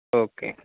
okay